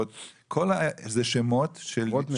אלה שמות של --- גרודנא.